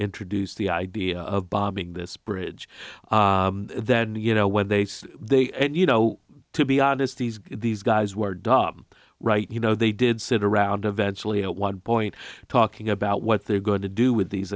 introduced the idea of bombing this bridge that and you know when they say they you know to be honest these these guys were dubbed right you know they did sit around eventually at one point talking about what they're going to do with these